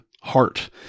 heart